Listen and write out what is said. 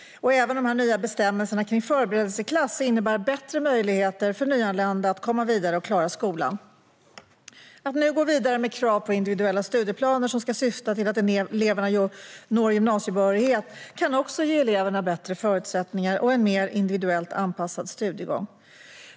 Även de nya bestämmelserna kring förberedelseklass innebär bättre möjligheter för nyanlända elever att komma vidare och klara skolan. Att nu gå vidare med krav på individuella studieplaner som ska syfta till att eleverna når gymnasiebehörighet kan också ge eleverna bättre förutsättningar och en mer individuellt anpassad studiegång.